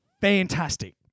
fantastic